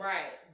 Right